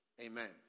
Amen